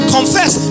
Confess